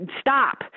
stop